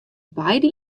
beide